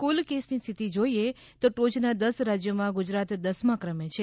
કુલ કેસની સ્થિતી જોઈએ તો ટોચનાં દસ રાજ્યોમાં ગુજરાત દસમાં ક્રમે છે